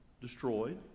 destroyed